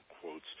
quotes